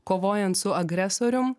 kovojant su agresorium